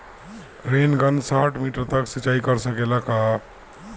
Rain gun साठ metre तक सिचाई कर सकेला का?